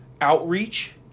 outreach